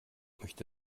möchte